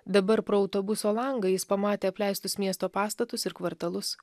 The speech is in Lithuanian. dabar pro autobuso langą jis pamatė apleistus miesto pastatus ir kvartalus